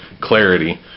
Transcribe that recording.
clarity